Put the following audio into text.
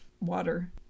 water